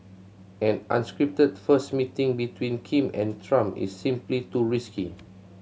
an unscripted first meeting between Kim and Trump is simply too risky